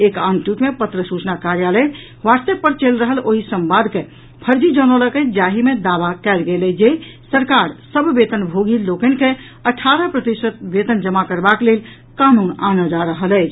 एक आन ट्वीट मे पत्र सूचना कार्यालय व्हाट्सएप पर चलि रहल ओहि संवाद के फर्जी जनौलक अछि जाहि मे दावा कयल गेल अछि जे सरकार सभ वेतनभोगी लोकनि के अठारह प्रतिशत वेतन जमा करबाक लेल कानून आनऽ जा रहल अछि